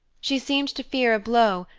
she seemed to fear a blow,